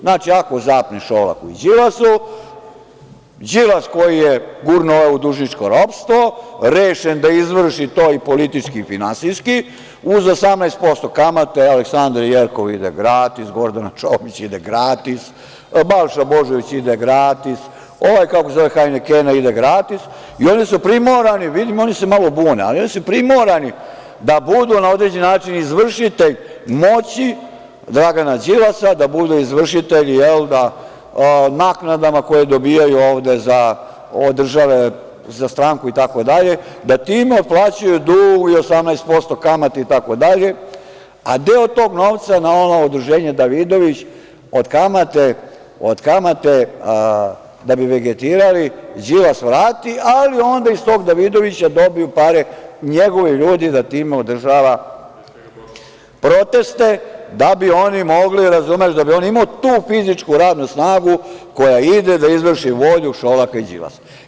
Znači, ako zapne Šolaku i Đilasu, Đilas koji je gurnuo ove u dužničko ropstvo rešen je da izvrši to i politički i finansijski uz 18% kamate, Aleksandra Jerkov ide gratis, Gordana Čomić ide gratis, Balša Božović ide gratis, hajne Kena ide gratis i oni su primorani, oni se malo bune, da budu na određeni način izvršitelj moći Dragana Đilasa, da budu izvršitelji naknadama koje dobijaju ovde od države za stranku itd, da tim otplaćuju dug i 18% kamate itd. a deo tog novca na ono udruženje „Davidović“ od kamate da bi vegetirali, Đilas vrati, ali onda iz tog „Davidovića“ dobiju pare njegovi ljudi da tim održava proteste da bi oni mogli, da bi on imao tu fizičku radnu snagu koja ide da izvrši volju Šolaka i Đilasa.